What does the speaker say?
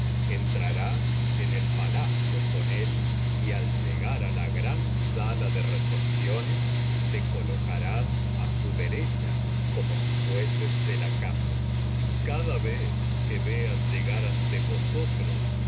entrarás en el palacio con él y al llegar á la gran sala de recepciones te colocarás á su derecha como si fueses de la casa y cada vez que veas llegar ante vosotros un